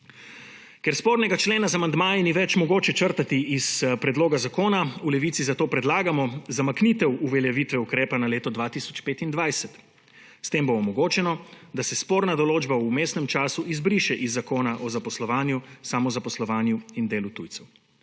Ker spornega člena z amandmaji ni več mogoče črtati iz predloga zakona, v Levici zato predlagamo zamik uveljavitve ukrepa na letu 2025. S tem bo omogočeno, da se sporna določba v vmesnem času izbriše iz Zakona o zaposlovanju, samozaposlovanju in delu tujcev.